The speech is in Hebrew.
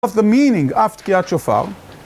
of the meaning of תקיעת שופר.